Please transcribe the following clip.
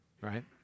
right